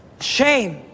Shame